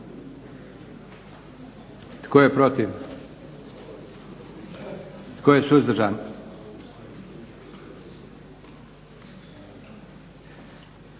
Tko je protiv? Tko je suzdržan?